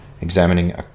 examining